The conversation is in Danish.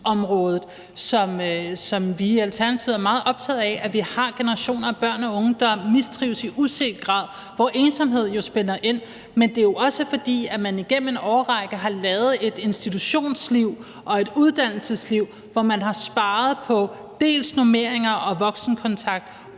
som vi i Alternativet er meget optaget af. Vi har generationer af børn og unge, der mistrives i uset grad, hvor ensomhed jo spiller ind. Men det er også, fordi man igennem en årrække har lavet et institutionsliv og et uddannelsesliv, hvor man har sparet på dels normeringer og voksenkontakt,